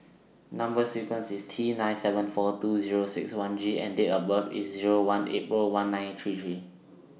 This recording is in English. Number sequence IS T nine seven four two Zero six one G and Date of birth IS Zero one April one nine three three